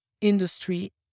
industry